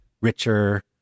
richer